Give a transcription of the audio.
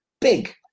big